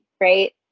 right